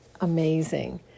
amazing